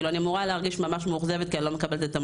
אני אמורה להרגיש ממש מאוכזבת כי אני לא מקבלת את התמלוגים,